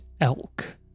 elk